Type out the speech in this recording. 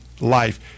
Life